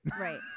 right